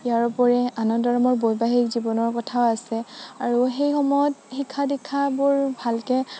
ইয়াৰোপৰি আনন্দৰামৰ বৈবাহিক জীৱনৰ কথা আছে আৰু সেই সময়ত শিক্ষা দীক্ষাবোৰ ভালকে